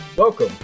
Welcome